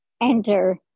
enter